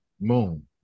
Moon